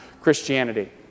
Christianity